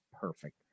perfect